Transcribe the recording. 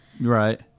Right